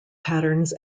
patterns